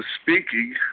speaking